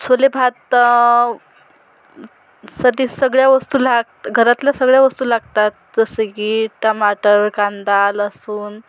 छोले भात साठी सगळ्या वस्तू लाग घरातल्या सगळ्या वस्तू लागतात जसे की टमाटर कांदा लसूण